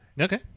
Okay